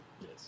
yes